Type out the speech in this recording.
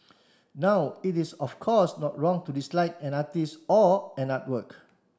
now it is of course not wrong to dislike an artist or an artwork